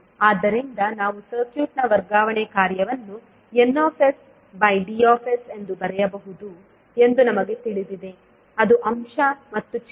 ಆದ್ದರಿಂದ ನಾವು ಸರ್ಕ್ಯೂಟ್ನ ವರ್ಗಾವಣೆ ಕಾರ್ಯವನ್ನು ND ಎಂದು ಬರೆಯಬಹುದು ಎಂದು ನಮಗೆ ತಿಳಿದಿದೆ ಅದು ಅಂಶ ಮತ್ತು ಛೇದ